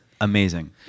Amazing